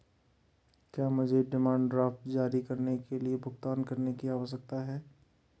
क्या मुझे demand draft जारी करने के लिए भुगतान करने की आवश्यकता है?